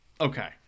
okay